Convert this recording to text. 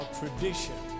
tradition